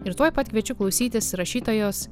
ir tuoj pat kviečiu klausytis rašytojos